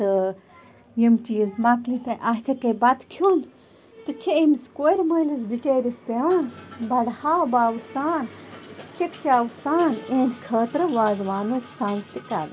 تہٕ یِم چیٖز مۄکلِتھ آسیکھ ہے بَتہٕ کھیٚون تہٕ چھِ أمِس کورِ مٲلِس بِچٲرِس پیٚوان بَڑٕ ہاو باو سان چِکہٕ چاو سان یِہٕنٛد خٲطرٕ وازٕوانُک سَنٛز تہِ کَرُن